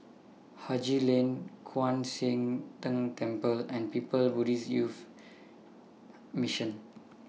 Haji Lane Kwan Siang Tng Temple and Buddhist Youth Mission